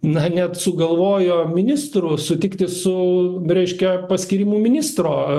na net sugalvojo ministru sutikti su reiškia paskyrimu ministro